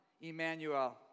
Emmanuel